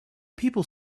people